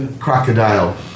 Crocodile